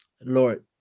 Lord